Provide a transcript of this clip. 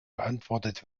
beantwortet